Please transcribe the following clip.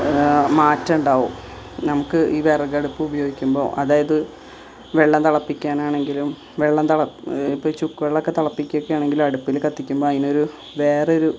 മാറ്റം ഉണ്ടാവും നമുക്ക് ഈ വിറകടുപ്പ് ഉപയോഗിക്കുമ്പോൾ അതായത് വെള്ളം തിളപ്പിക്കാനാണെങ്കിലും വെള്ളം ഇപ്പം ചുക്ക് വെള്ളമൊക്കെ തിളപ്പിക്കുകയാണെങ്കിൽ അടുപ്പിൽ കത്തിക്കുമ്പോൾ അതിനൊരു വേറൊരു